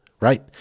right